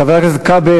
חבר הכנסת כבל,